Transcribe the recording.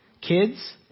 Kids